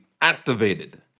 activated